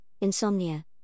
insomnia